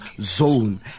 zone